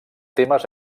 temes